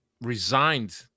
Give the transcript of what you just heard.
resigned